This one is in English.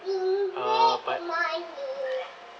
uh but